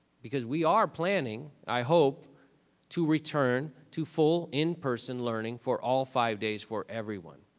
because we are planning, i hope to return to full in-person learning for all five days for everyone.